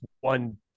one